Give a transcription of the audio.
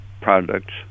products